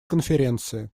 конференции